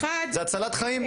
זה הצלת חיים.